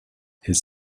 his